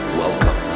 welcome